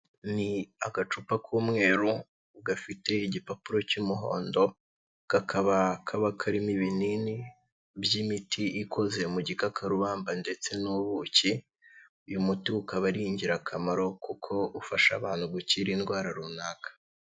Ni agacupa k'umweru gafite igipapuro cy'umuhondo, kakaba kaba karimo ibinini by'imiti ikoze mu gikakarubamba ndetse n'ubuki, uyu muti ukaba ari ingirakamaro kuko ufasha abantu gukira indwara runaka.